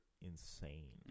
insane